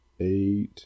eight